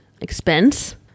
expense